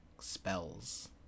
spells